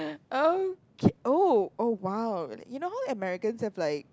okay oh oh !wow! you know how the Americans have like